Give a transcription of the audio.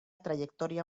trayectoria